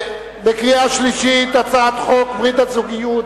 בקריאה שלישית, הצעת חוק ברית הזוגיות